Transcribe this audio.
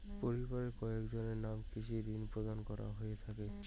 পরিবারের কয়জনের নামে কৃষি ঋণ প্রদান করা হয়ে থাকে?